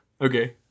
Okay